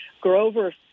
Grover